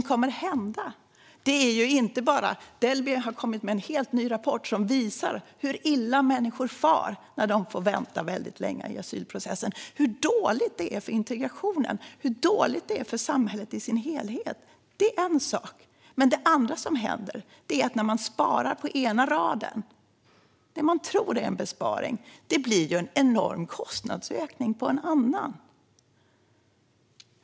Delmi har kommit med en helt ny rapport som visar hur illa människor far när de får vänta väldigt länge i asylprocessen och hur dåligt det är för integrationen och för samhället i dess helhet. Detta är en sak. Det andra som händer är att det man tror är en besparing på en rad blir en enorm kostnadsökning på en annan rad.